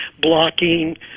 blocking